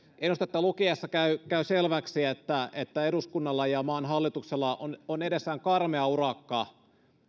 ennustetta lukiessa käy käy selväksi että että eduskunnalla ja maan hallituksella on on edessään karmea urakka